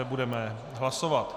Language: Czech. Budeme hlasovat.